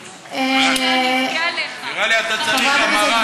נראה לי שאתה צריך המרה, יהודה.